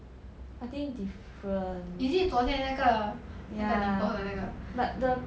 is it 昨天那个那个你和的那个